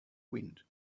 wind